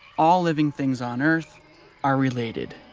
all living things on earth are related.